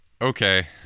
Okay